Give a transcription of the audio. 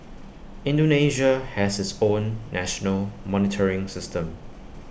Indonesia has its own national monitoring system